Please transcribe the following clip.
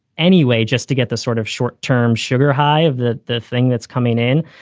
anyway, just to get the sort of short term sugar high of the the thing that's coming in.